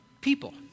people